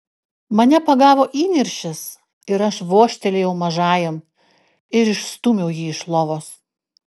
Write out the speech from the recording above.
mane pagavo įniršis ir aš vožtelėjau mažajam ir išstūmiau jį iš lovos